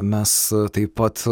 mes taip pat